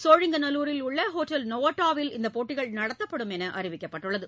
சோழிங்கநல்லூரில் உள்ள ஒட்டல் நோவாட்டோவில் இந்த போட்டிகள் நடத்தப்படும் என்று அறிவிக்கப்பட்டுள்ளது